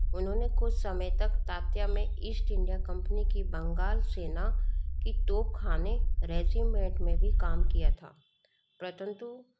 उन्होंने कुछ समय तक तात्या में ईस्ट इंडिया कंपनी की बंगाल सेना की तोप खाने में भी काम किया था प्रथम तो